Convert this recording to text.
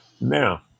Now